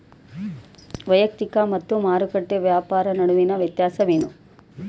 ವೈಯಕ್ತಿಕ ಮತ್ತು ಮಾರುಕಟ್ಟೆ ವ್ಯಾಪಾರ ನಡುವಿನ ವ್ಯತ್ಯಾಸವೇನು?